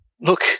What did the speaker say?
Look